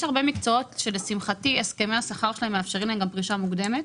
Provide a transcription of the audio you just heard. יש הרבה מקצועות שלשמחתי הסכמי השכר שלהם מאפשרים להם גם פרישה מוקדמת